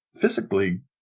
physically